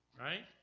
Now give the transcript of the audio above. Right